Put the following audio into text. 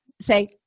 Say